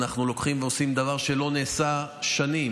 אנחנו לוקחים ועושים דבר שלא נעשה שנים.